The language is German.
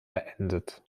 beendet